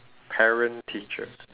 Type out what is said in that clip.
parent teacher